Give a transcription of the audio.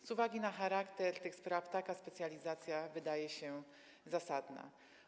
Z uwagi na charakter tych spraw taka specjalizacja wydaje się zasadna.